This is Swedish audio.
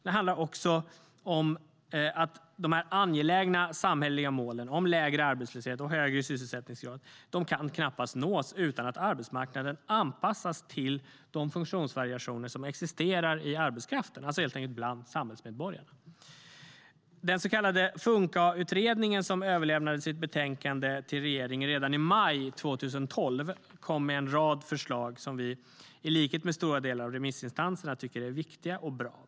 Det handlar också om att de angelägna samhälleliga målen om lägre arbetslöshet och högre sysselsättningsgrad knappast kan nås utan att arbetsmarknaden anpassas till de funktionsvariationer som existerar i arbetskraften, alltså helt enkelt bland samhällsmedborgarna. Den så kallade Funkautredningen, som överlämnade sitt betänkande till regeringen redan i maj 2012, kom med en rad förslag, som vi i likhet med stora delar av remissinstanserna tycker är viktiga och bra.